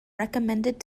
recommended